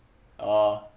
oh